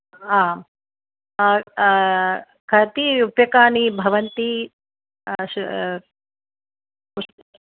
ह ह कति रूप्यकाणि भवन्ति श् पुस्